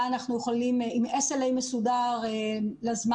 בה אנחנו יכולים עם SLA מסודר לזמן